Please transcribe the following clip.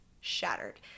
shattered